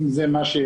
אם זה יעזור.